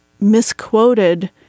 misquoted